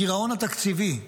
הגירעון התקציבי,